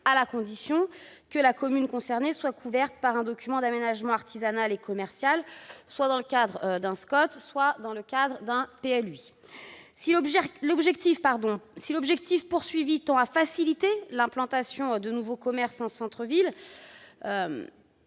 à la condition que la commune concernée soit couverte par un document d'aménagement artisanal et commercial dans le cadre d'un SCOT ou d'un PLUI. L'objectif est de faciliter l'implantation de nouveaux commerces en centre-ville,